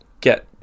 Get